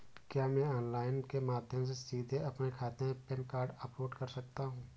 क्या मैं ऑनलाइन के माध्यम से सीधे अपने खाते में पैन कार्ड अपलोड कर सकता हूँ?